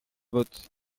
vote